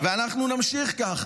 ואנחנו נמשיך כך.